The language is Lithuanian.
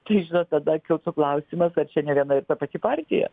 tai žinot tada kiltų klausimas kad čia ne viena ir ta pati partija